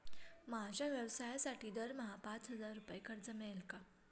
माझ्या व्यवसायासाठी दरमहा पाच हजार रुपये कर्ज मिळेल का?